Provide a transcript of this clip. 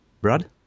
Brad